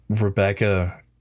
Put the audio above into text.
rebecca